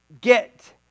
get